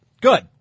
Good